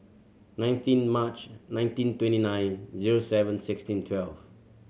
nineteen March nineteen twenty nine zero seven sixteen twelve